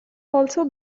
also